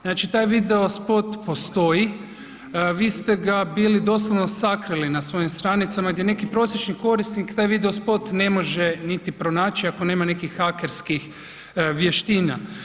Znači taj video spot postoji, vis te ga bili doslovno sakrili na svojim stranicama gdje neki prosječni korisnik taj video spot ne može niti pronaći ako nema nekih hakerskih vještina.